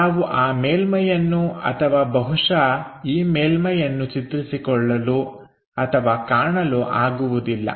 ನಾವು ಆ ಮೇಲ್ಮೈಯನ್ನು ಅಥವಾ ಬಹುಶಃ ಈ ಮೇಲ್ಮೈಯನ್ನು ಚಿತ್ರಿಸಿಕೊಳ್ಳಲು ಅಥವಾಕಾಣಲು ಆಗುವುದಿಲ್ಲ